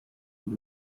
olla